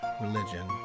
religion